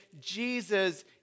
Jesus